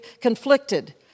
conflicted